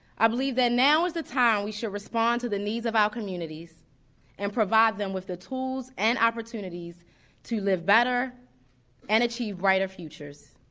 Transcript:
i believe that now is he time we should respond to the needs of our communities and provide them with the tools and opportunities to live better and achieve brighter futures.